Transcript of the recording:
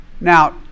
Now